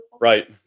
Right